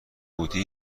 قوطی